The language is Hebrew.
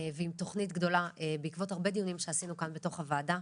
ועם תוכנית גדולה בעקבות הרבה דיונים שעשינו כאן בתוך הוועדה.